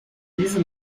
diese